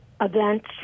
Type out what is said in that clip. events